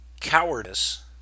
cowardice